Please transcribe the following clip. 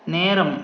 நேரம்